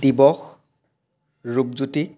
দিৱস ৰূপজ্যোতি